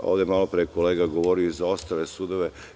Ovde, malopre, je kolega govorio i za ostale sudove.